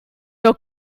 your